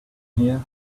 here